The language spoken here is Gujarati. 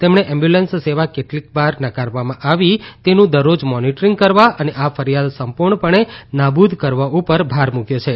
તેમણે એમ્બ્યુલન્સ સેવા કેટલીવાર નકારવામાં આવી તેનું દરરોજ મોનીટરીંગ કરવા અને આ ફરીયાદ સંપુર્ણ પણે નાબુદ કરવા ઉપર ભાર મુકથો છે